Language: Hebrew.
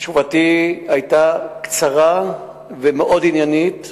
תשובתי היתה קצרה ומאוד עניינית.